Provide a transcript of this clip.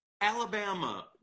Alabama